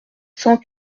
cent